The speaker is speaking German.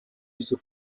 diese